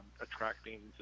attracting